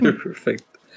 perfect